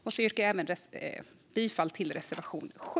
Jag yrkar även bifall till reservation 7.